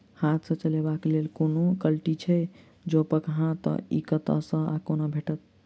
हाथ सऽ चलेबाक लेल कोनों कल्टी छै, जौंपच हाँ तऽ, इ कतह सऽ आ कोना भेटत?